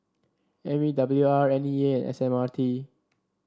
M E W R N E A S M R T